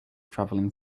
traveling